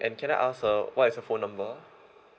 and can I ask uh what is your phone number